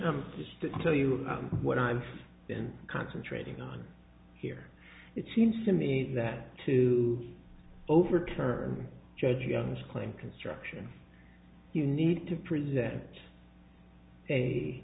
i just tell you what i've been concentrating on here it seems to me that to overturn judge young's claim construction you need to present a